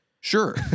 Sure